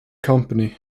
company